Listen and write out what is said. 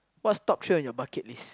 what's top three on your bucket list